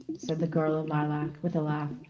said the girl in lilac with a laugh.